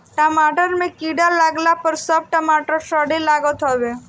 टमाटर में कीड़ा लागला पअ सब टमाटर सड़े लागत हवे